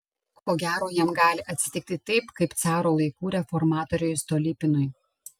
ko gero jam gali atsitikti taip kaip caro laikų reformatoriui stolypinui